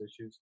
issues